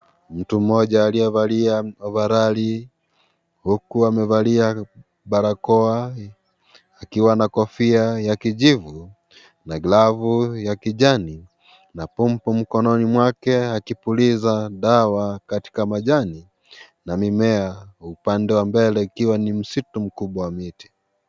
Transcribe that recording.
Mtu mmoja aliyevalia ovarali, huku amevalia barakoa, akiwa na kofia ya kijivu, na glavu ya kijani, na pompo mkononi mwake akipuliza, dawa, katika majani, na mimea upande wa mbele ikiwa ni msitu mkubwa wa miti.